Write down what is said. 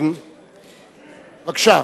בבקשה.